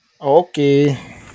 Okay